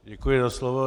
Děkuji za slovo.